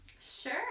sure